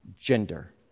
gender